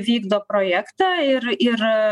vykdo projektą ir ir